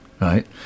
right